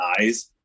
eyes